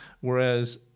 whereas